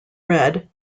red